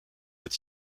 est